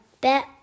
bet